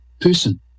person